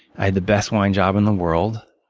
i had the best wine job in the world.